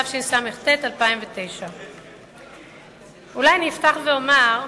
התשס"ט 2009. אולי אפתח ואומר,